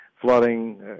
flooding